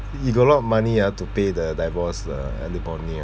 you got a lot of money ah to pay the divorce uh alimony ah